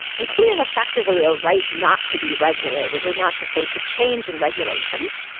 including effectively a right not to be regulated, or not to face a change in regulations.